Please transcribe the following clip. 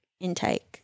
intake